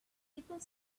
people